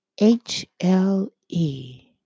HLE